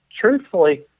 truthfully